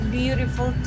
beautiful